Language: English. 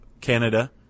Canada